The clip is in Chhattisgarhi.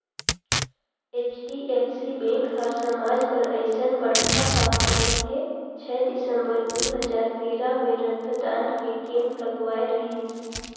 एच.डी.एफ.सी बेंक हर समाज बर अइसन बड़खा काम करत हे छै दिसंबर दू हजार तेरा मे रक्तदान के केम्प लगवाए रहीस